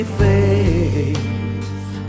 face